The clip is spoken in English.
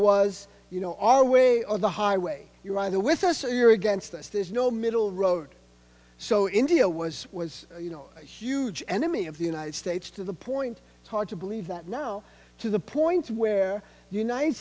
was you know our way or the highway you're either with us or you're against us there's no middle road so india was was you know huge enemy of the united states to the point hard to believe that now to the point where the united